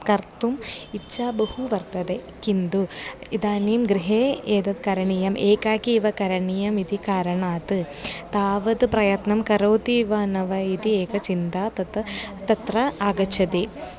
कर्तुम् इच्छा बहु वर्तते किन्तु इदानीं गृहे एतद् करणीयम् एकाकी एव करणीयम् इति कारणात् तावत् प्रयत्नं करोति वा न वा इति एक चिन्ता तत् तत्र आगच्छति